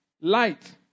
light